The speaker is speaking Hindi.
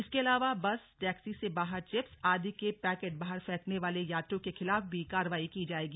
इसके अलावा बस टैक्सी से बाहर चिप्स आदि के पैकेट बाहर फेंकने वाले यात्रियों के खिलाफ भी कार्रवाई की जाएगी